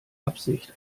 absicht